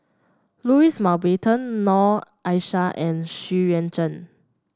Louis Mountbatten Noor Aishah and Xu Yuan Zhen